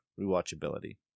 rewatchability